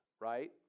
right